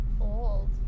old